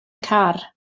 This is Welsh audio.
car